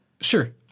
Sure